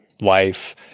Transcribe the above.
life